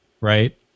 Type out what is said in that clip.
right